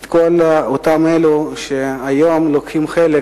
את כל אותם אלו שהיום לוקחים חלק